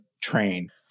train